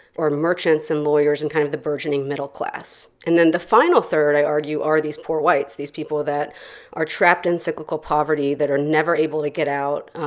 or merchants and lawyers and kind of the burgeoning middle class. and then the final third, i argue, are these poor whites, these people that are trapped in cyclical poverty that are never able to get out.